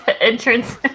entrance